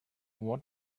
what